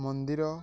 ମନ୍ଦିର